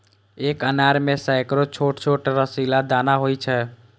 एक अनार मे सैकड़ो छोट छोट रसीला दाना होइ छै